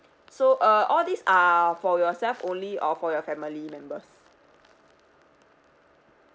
so uh all these are for yourself only or for your family members